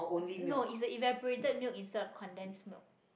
no it's a evaporated milk instead of condense milk